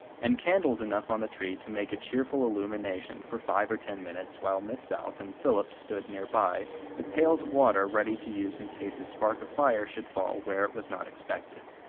and candles enough on the tree to make a cheerful illumination for five or ten minutes while miss south and philip stood near by with pails of water ready to use in case a spark of fire should fall where it was not expected.